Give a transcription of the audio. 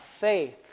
faith